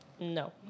No